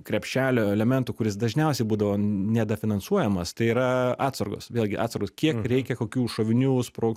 krepšelio elementų kuris dažniausiai būdavo nedafinansuojamas tai yra atsargos vėlgi atsargos kiek reikia kokių šovinių sprog